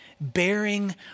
bearing